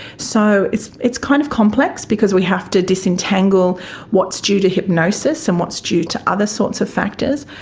so it's it's kind of complex because we have to disentangle what's due to hypnosis and what's due to other sorts of factors,